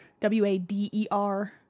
W-A-D-E-R